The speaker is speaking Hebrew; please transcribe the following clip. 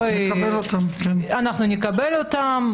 אנחנו נקבל אותם.